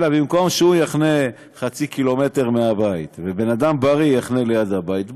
אלא שבמקום שהוא יחנה חצי קילומטר מהבית ובן אדם בריא יחנה ליד הבית,